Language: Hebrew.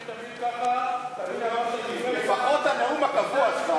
תמשיך תמיד ככה, לפחות את הנאום הקבוע שלך.